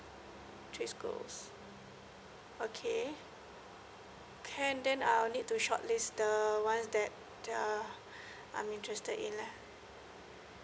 three schools okay can then I'll need to shortlist the ones was that uh I'm interested in lah